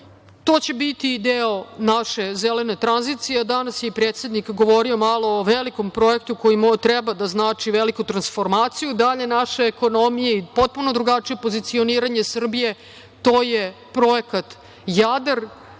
će biti deo naše zelene tranzicije, a danas je i predsednik govorio malo o velikom projektu koji treba da znači veliku transformaciju dalje naše ekonomije i potpuno drugačije pozicioniranje Srbije, to je projekat